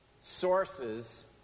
sources